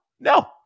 No